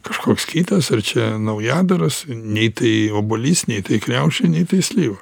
kažkoks kitas ar čia naujadaras nei tai obuolys nei tai kriaušė nei tai slyva